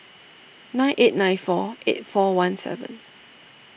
nine eight nine four eight four one seven